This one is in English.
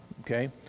okay